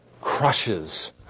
crushes